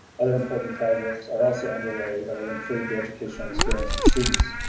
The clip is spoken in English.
other important projects are also underway that will improve the educational experience for students.